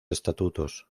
estatutos